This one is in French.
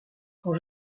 quand